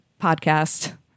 podcast